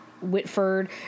Whitford